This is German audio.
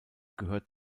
gehört